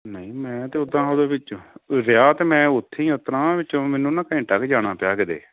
ਨਹੀਂ ਮੈਂ ਤਾਂ ਉਦਾਂ ਉਹਦੇ ਵਿੱਚੋਂ ਰਿਹਾ ਤਾਂ ਮੈਂ ਉੱਥੇ ਹੀ ਉਤਰਾਂ ਵਿੱਚੋਂ ਮੈਨੂੰ ਨਾ ਘੰਟਾ ਕੁ ਜਾਣਾ ਪਿਆ ਕਿਤੇ